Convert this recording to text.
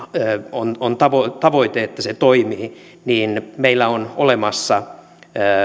on on tavoite että se toimii niin meillä on olemassa